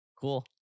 Cool